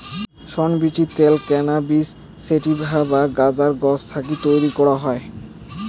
শন বীচির ত্যাল cannabis sativa বা গাঁজার গছ থাকি তৈয়ার করাং হই